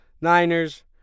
Niners